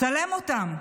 צלם אותן"